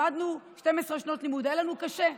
למדנו 12 שנות לימוד, היה לנו קשה,